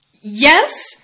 Yes